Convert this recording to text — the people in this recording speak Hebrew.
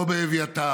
לא באביתר.